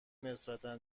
نسبتا